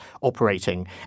operating